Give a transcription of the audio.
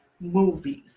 movies